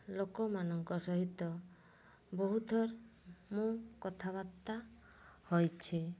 ଲୋକମାନଙ୍କ ସହିତ ବହୁ ଥର ମୁଁ କଥାବାର୍ତ୍ତା ହୋଇଛି